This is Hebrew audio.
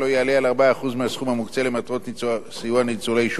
מהסכום המוקצה למטרות סיוע לניצולי שואה הזקוקים לכך.